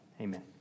Amen